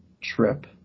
trip